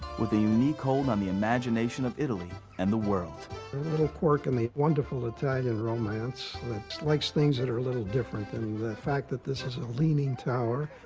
with a unique hold on the imagination of italy and the world. there's a little quirk in the wonderful italian romance that likes things that are a little different. and and the fact that this is a leaning tower,